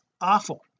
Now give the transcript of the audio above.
awful